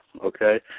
okay